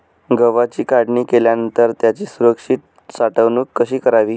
गव्हाची काढणी केल्यानंतर त्याची सुरक्षित साठवणूक कशी करावी?